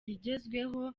rigezweho